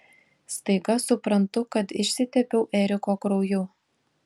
staiga suprantu kad išsitepiau eriko krauju